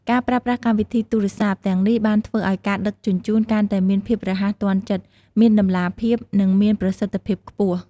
ការប្រើប្រាស់កម្មវិធីទូរស័ព្ទទាំងនេះបានធ្វើឱ្យការដឹកជញ្ជូនកាន់តែមានភាពរហ័សទាន់ចិត្ត មានតម្លាភាព និងមានប្រសិទ្ធភាពខ្ពស់។